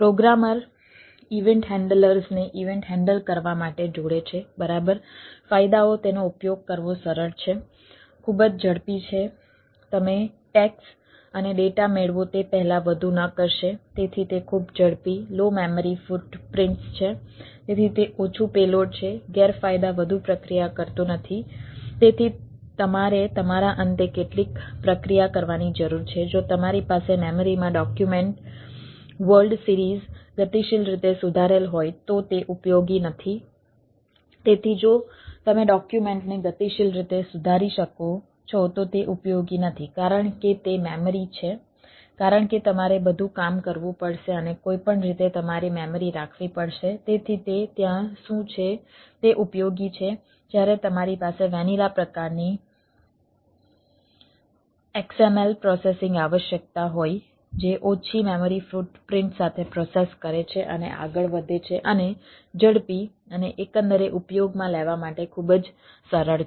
programmer પ્રકારની XML processing આવશ્યકતા હોય જે ઓછી મેમરી ફૂટપ્રિન્ટ સાથે પ્રોસેસ કરે છે અને આગળ વધે છે અને ઝડપી અને એકંદરે ઉપયોગમાં લેવા માટે ખૂબ જ સરળ છે